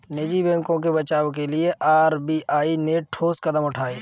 निजी बैंकों के बचाव के लिए आर.बी.आई ने ठोस कदम उठाए